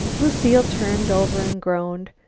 lucile turned over and groaned.